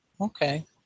okay